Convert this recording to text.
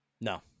No